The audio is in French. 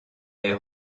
est